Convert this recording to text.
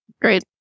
Great